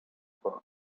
book